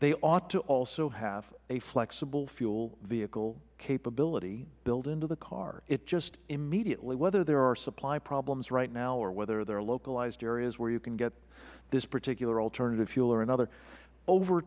they ought to also have a flexible fuel vehicle capability built into the car it just immediately whether there are supply problems right now or whether there are localized areas where you can get this particular alternative fuel or another over